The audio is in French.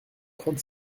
trente